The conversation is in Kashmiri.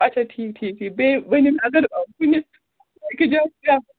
اَچھا ٹھیٖک ٹھیٖک ٹھیٖک بیٚیہِ ؤنِو مےٚ اگر کُنِس أکِس جایہِ